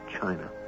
China